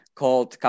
called